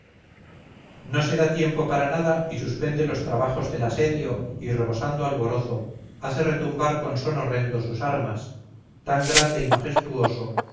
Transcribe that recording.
no se da tiempo para nada y suspende los trabajos del asedio y rebosando alborozo hace retumbar con son horrendo sus armas tan grande y majestuoso